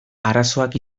arazoak